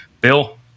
Bill